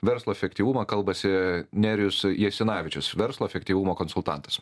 verslo efektyvumą kalbasi nerijus jasinavičius verslo efektyvumo konsultantas